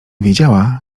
wiedziała